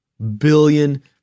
billion